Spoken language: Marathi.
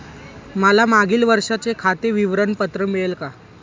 मला मागील वर्षाचे खाते विवरण पत्र मिळेल का?